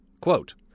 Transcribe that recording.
Quote